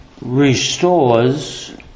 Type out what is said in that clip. restores